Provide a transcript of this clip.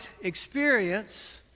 experience